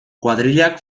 kuadrillak